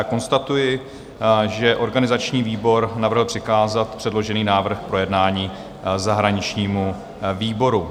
Konstatuji, že organizační výbor navrhl přikázat předložený návrh k projednání zahraničnímu výboru.